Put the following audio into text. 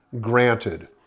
granted